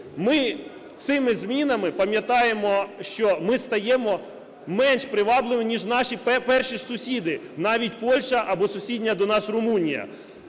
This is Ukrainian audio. Ми цими змінами пам'ятаємо, що ми стаємо менш привабливими ніж наші перші ж сусіди, навіть Польща або сусідня до нас Румунія.